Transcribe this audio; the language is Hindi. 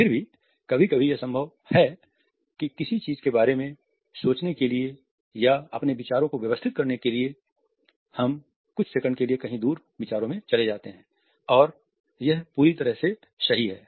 फिर भी कभी कभी यह संभव है कि किसी चीज के बारे में सोचने के लिए या अपने विचारों को व्यवस्थित करने के लिए हम कुछ सेकंड के लिए कहीं दूर विचारों में चले जाते हैं और यह पूरी तरह से सही है